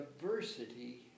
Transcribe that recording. diversity